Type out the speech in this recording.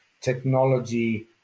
technology